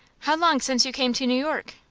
how long since you came to new york?